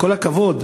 בכל הכבוד.